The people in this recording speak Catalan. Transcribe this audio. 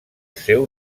seu